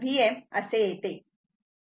707Vm असे येते